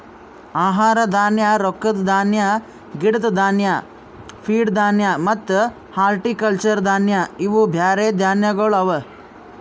ಆಹಾರ ಧಾನ್ಯ, ರೊಕ್ಕದ ಧಾನ್ಯ, ಗಿಡದ್ ಧಾನ್ಯ, ಫೀಡ್ ಧಾನ್ಯ ಮತ್ತ ಹಾರ್ಟಿಕಲ್ಚರ್ ಧಾನ್ಯ ಇವು ಬ್ಯಾರೆ ಧಾನ್ಯಗೊಳ್ ಅವಾ